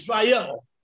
Israel